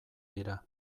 dira